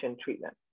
treatment